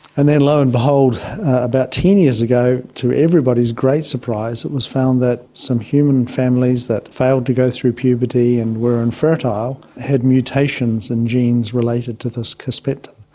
and then lo and behold about ten years ago, to everybody's great surprise, it was found that some human families that failed to go through puberty and were infertile had mutations in genes related to this kisspeptin.